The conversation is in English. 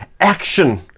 action